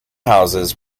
houses